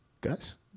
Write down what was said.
guys